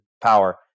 power